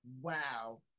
Wow